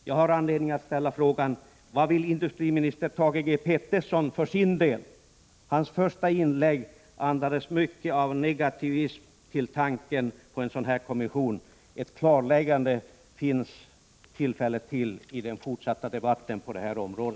Jag har anledning att ställa frågan: Industriministerns första inlägg andades mycket av negativism när det gäller tanken på en kommission av här nämnda slag. Det finns dock tillfälle att göra ett klarläggande i den fortsatta debatten på detta område.